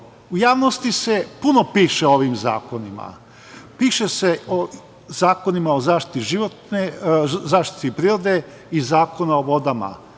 u javnosti se puno piše o ovim zakonima. Piše se o zakonima o zaštiti prirode i o vodama.